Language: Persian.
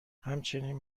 همچنین